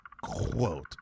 quote